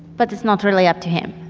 but it's not really up to him.